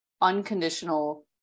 unconditional